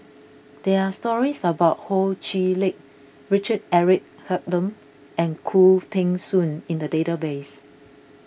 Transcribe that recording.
there are stories about Ho Chee Lick Richard Eric Holttum and Khoo Teng Soon in the database